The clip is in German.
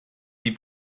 die